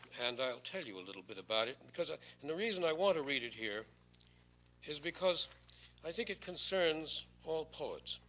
and i'll tell you a little bit about it, and because ah and the reason i want to read it here is because i think it concerns all poets.